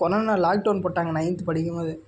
corona lockdown போட்டாங்க ninth படிக்கும்போது